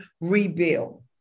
rebuild